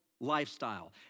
lifestyle